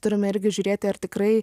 turime irgi žiūrėti ar tikrai